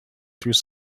through